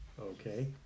Okay